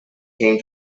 came